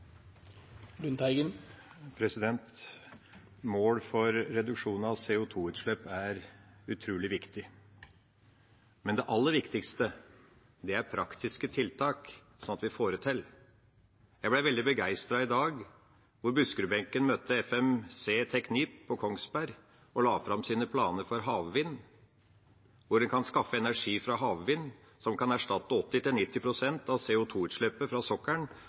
utrolig viktig, men det aller viktigste er praktiske tiltak sånn at vi får det til. Jeg ble i dag veldig begeistret da Buskerud-benken møtte TechnipFMC på Kongsberg. De la fram sine planer for havvind, der en kan skaffe energi fra havvind som kan erstatte 80–90 pst. av CO 2 -utslippet fra sokkelen